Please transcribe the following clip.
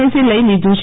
એસે લઈ લીધુ છે